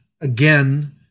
again